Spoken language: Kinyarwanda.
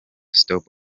stop